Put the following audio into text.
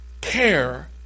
care